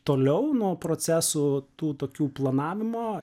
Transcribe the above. toliau nuo procesųtų tokių planavimo